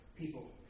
people